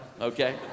okay